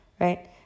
right